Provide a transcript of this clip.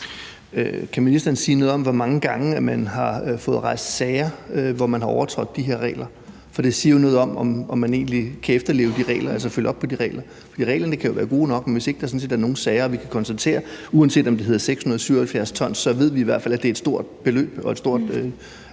Kan ministeren sige noget om, hvor mange gange man har fået rejst sager om, at man har overtrådt de her regler? For det siger jo noget om, om man egentlig kan efterleve de regler, altså følge op på de regler. For reglerne kan jo være gode nok, men hvis der ikke er nogen sager og vi kan konstatere, at vi ved, at det, uanset om det hedder 677 t, i hvert fald er et stort beløb og et højt